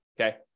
okay